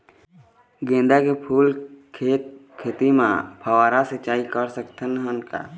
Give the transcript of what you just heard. गेंदा फूल के खेती म फव्वारा सिचाई कर सकत हन का?